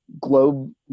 Globe